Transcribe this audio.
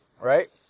Right